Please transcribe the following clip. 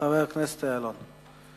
חבר הכנסת אילון.